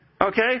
okay